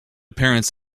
parents